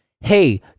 hey